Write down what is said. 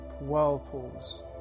whirlpools